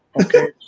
okay